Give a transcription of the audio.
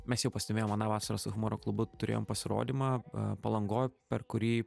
mes jau pastebėjom aną vasarą su humoro klubu turėjom pasirodymą palangoj per kurį